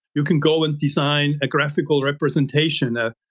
you can go and design a graphical representation ah